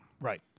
right